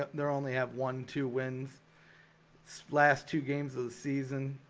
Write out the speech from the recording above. they're only have one two wins its last two games of the season.